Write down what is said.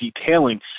Detailing